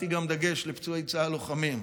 שמתי גם דגש על פצועי צה"ל לוחמים.